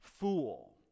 fool